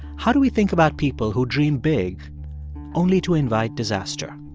how do we think about people who dream big only to invite disaster?